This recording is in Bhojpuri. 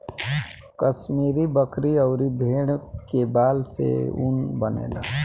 कश्मीरी बकरी अउरी भेड़ के बाल से इ ऊन बनेला